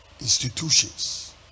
institutions